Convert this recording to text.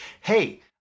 hey